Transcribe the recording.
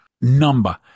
number